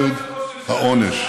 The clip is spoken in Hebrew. מגיע להם מלוא כובד העונש.